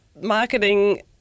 marketing